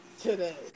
Today